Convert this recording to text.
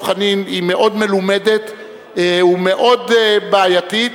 חנין היא מאוד מלומדת ומאוד בעייתית,